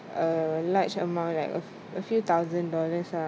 a large amount like a f~ a few thousand dollars ah